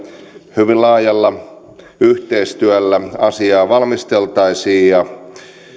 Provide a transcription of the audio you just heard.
hyvin laajalla yhteistyöllä asiaa valmisteltaisiin ja